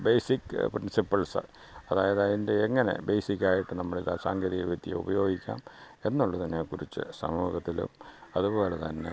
basic principles അതായത് അതിന്റെ എങ്ങനെ ബേസിക്ക് ആയിട്ട് നമ്മൾ ഇതാ സാങ്കേതികവിദ്യ ഉപയോഗിക്കാം എന്നുള്ളതിനെ കുറിച്ച് സമൂഹത്തിലും അതുപോലെ തന്നെ